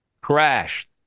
Crashed